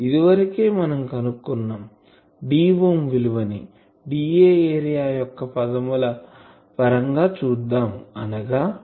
ఇదివరకే మనం కనుగొన్నాం d విలువని dA ఏరియా యొక్క పదముల పరంగా చూద్దాం అనగా dA r2 అవుతుంది